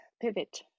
pivot